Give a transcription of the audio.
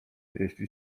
jeśli